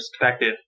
perspective